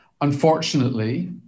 Unfortunately